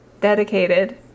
dedicated